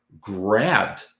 grabbed